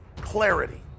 clarity